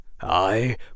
I